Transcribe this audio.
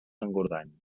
engordany